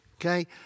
Okay